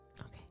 okay